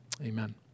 Amen